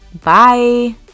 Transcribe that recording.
Bye